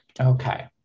Okay